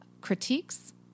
critiques